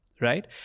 Right